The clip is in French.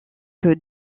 que